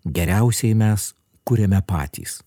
geriausiai mes kuriame patys